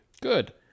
Good